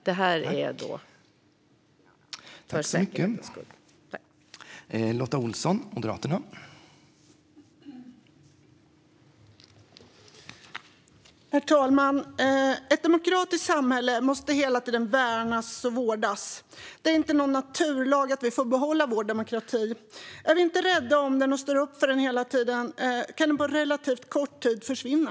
Detta är för säkerhetens skull.